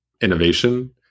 innovation